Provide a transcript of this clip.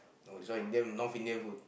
no this one Indian North Indian food